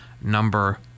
number